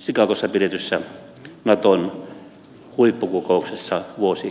chicagossa pidetyssä naton huippukokouksessa vuosi sitten